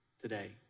today